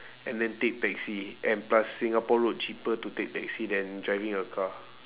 and then take taxi and plus singapore road cheaper to take taxi than driving a car